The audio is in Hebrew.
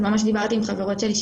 ממש דיברתי עם חברות שלי,